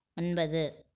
ஒன்பது